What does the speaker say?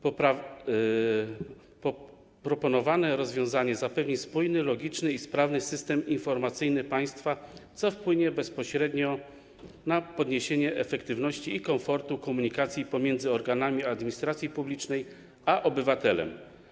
Proponowane rozwiązanie zapewni spójny, logiczny i sprawny system informacyjny państwa, co wpłynie bezpośrednio na podniesienie efektywności i komfortu komunikacji pomiędzy organami administracji publicznej a obywatelem.